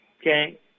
okay